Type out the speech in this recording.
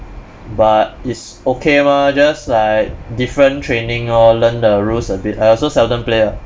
but it's okay mah just like different training orh learn the rules a bit I also seldom play lah